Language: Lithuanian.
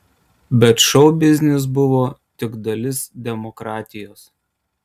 bet šou biznis buvo tik dalis demokratijos